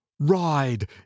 ride